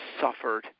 suffered